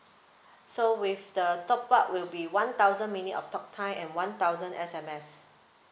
so with the top up will be one thousand minute of talk time and one thousand S_M_S